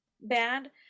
bad